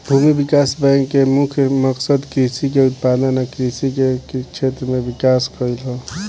भूमि विकास बैंक के मुख्य मकसद कृषि के उत्पादन आ कृषि के क्षेत्र में विकास कइल ह